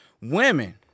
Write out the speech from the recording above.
women